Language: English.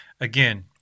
Again